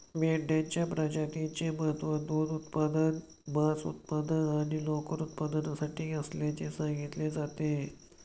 मेंढ्यांच्या प्रजातीचे महत्त्व दूध उत्पादन, मांस उत्पादन आणि लोकर उत्पादनासाठी असल्याचे सांगितले जाते